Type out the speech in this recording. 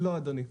לא, אדוני.